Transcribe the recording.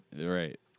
Right